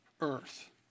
earth